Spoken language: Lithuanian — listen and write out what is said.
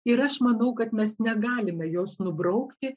ir aš manau kad mes negalime jos nubraukti